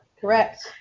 Correct